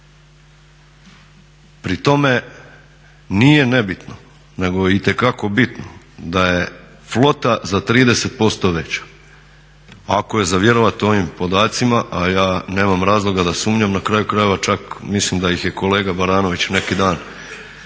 Pri tome nije nebitno nego je itekako bitno da je flota za 30% veća, ako je za vjerovat ovim podacima a ja nemam razloga da sumnjam. Na kraju krajeva, čak mislim da ih je kolega Baranović neki dan isto